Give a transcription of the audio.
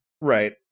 Right